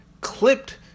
clipped